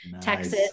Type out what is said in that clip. Texas